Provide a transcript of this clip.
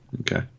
Okay